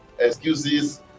excuses